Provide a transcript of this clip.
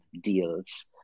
deals